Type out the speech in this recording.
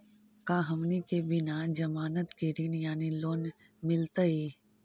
का हमनी के बिना जमानत के ऋण यानी लोन मिलतई?